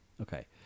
okay